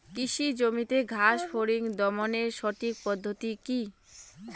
কৃষি জমিতে ঘাস ফরিঙ দমনের সঠিক পদ্ধতি কি?